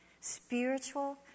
spiritual